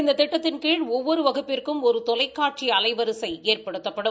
இந்த திட்டத்தின் கீழ் ஒவ்வொரு வகுப்பிற்கும் ஒரு தொலைக்காட்சி அலைவரிசை ஏற்படுத்தப்படும்